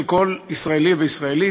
של כל ישראלי וישראלית,